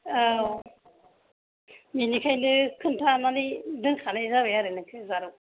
औ बिनिखायनो खोनथानानै दोनखानाय जाबाय नोंखौ आरो जारौ